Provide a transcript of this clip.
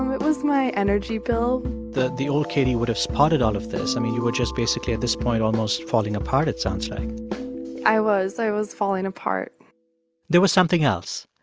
um it was my energy bill the the old katie would have spotted all of this. i mean, you were just basically, at this point, almost falling apart it sounds like i was. i was falling apart there was something else.